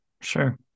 Sure